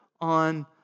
on